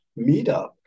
meetup